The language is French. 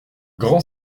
grand